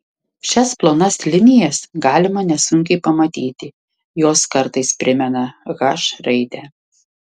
šias plonas linijas galima nesunkiai pamatyti jos kartais primena h raidę